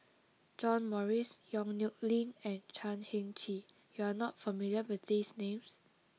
John Morrice Yong Nyuk Lin and Chan Heng Chee you are not familiar with these names